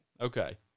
Okay